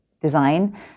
design